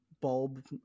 bulb